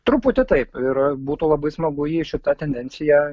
truputį taip ir būtų labai smagu jei šita tendencija